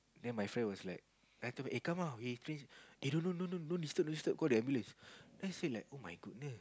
then my friend was like I told him eh come lah we eh no no no no don't disturb don't disturb call the ambulance then I say oh my goodness